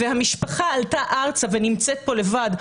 והמשפחה עלתה ארצה ונמצאת פה לבד,